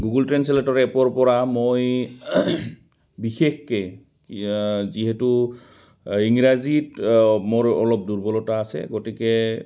Google ট্ৰেঞ্চলেটৰ এপৰপৰা মই বিশেষকৈ যিহেতু ইংৰাজীত মোৰ অলপ দুৰ্বলতা আছে গতিকে